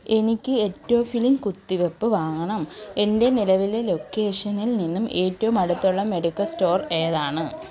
എനിക്ക് എറ്റോഫിലിൻ കുത്തിവയ്പ്പ് വാങ്ങണം എൻ്റെ നിലവിലെ ലൊക്കേഷനിൽ നിന്നും ഏറ്റവും അടുത്തുള്ള മെഡിക്കൽ സ്റ്റോർ ഏതാണ്